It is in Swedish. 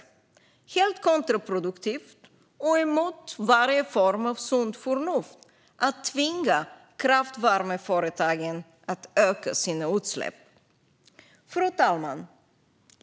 Det är helt kontraproduktivt, och det går emot varje form av sunt förnuft, att tvinga kraftvärmeföretagen att öka sina utsläpp. Fru talman!